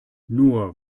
nur